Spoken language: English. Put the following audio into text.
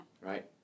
Right